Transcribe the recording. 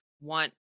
want